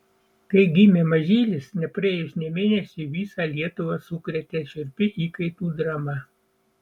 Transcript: kai gimė mažylis nepraėjus nė mėnesiui visą lietuvą sukrėtė šiurpi įkaitų drama